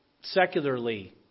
secularly